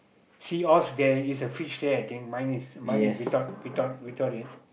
seashore there is a fish there I think mine is mine is without without without it